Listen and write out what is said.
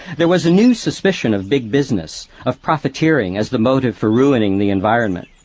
there was a new suspicion of big business, of profiteering as the motive for ruining the environment.